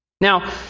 Now